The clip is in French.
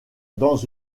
dans